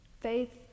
Faith